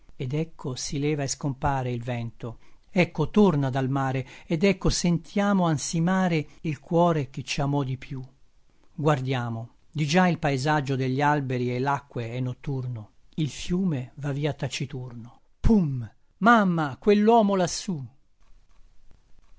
ed ecco si leva e scompare il vento ecco torna dal mare ed ecco sentiamo ansimare il cuore che ci amò di più guardiamo di già il paesaggio degli alberi e l'acque è notturno il fiume va via taciturno pùm mamma quell'omo lassù